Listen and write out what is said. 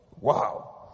Wow